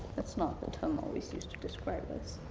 that's not the term always used to describe us.